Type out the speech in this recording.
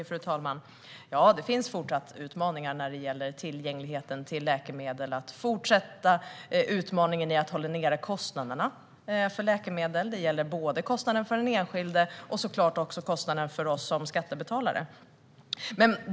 Fru talman! Ja, det finns fortfarande utmaningar när det gäller tillgängligheten till läkemedel och att hålla nere kostnaderna för läkemedel, både för den enskilde och för oss som skattebetalare.